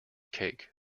cake